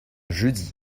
jeudi